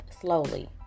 slowly